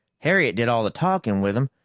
harriet did all the talking with them.